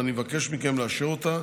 ואני מבקש מכם לאשר אותה